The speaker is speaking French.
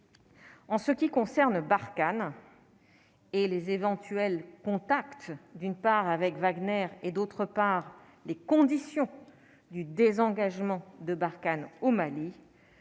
en ce qui concerne Barkhane et les éventuels contacts, d'une part avec Wagner et d'autre part, les conditions du désengagement de Barkhane au Mali,